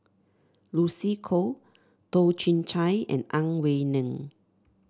Lucy Koh Toh Chin Chye and Ang Wei Neng